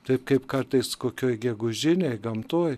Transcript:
taip kaip kartais kokioj gegužinėj gamtoj